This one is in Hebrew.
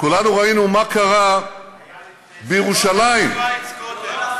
כולנו ראינו מה קרה בירושלים זה לא היה שווייץ קודם.